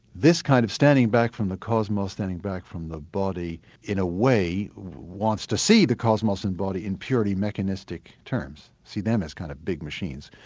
this kind of standing back from the cosmos, standing back from the body in a way wants to see the cosmos and body in purely mechanistic terms see them as kind of big machines.